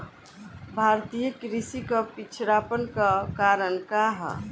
भारतीय कृषि क पिछड़ापन क कारण का ह?